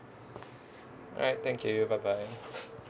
alright thank you bye bye